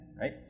right